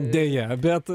deja bet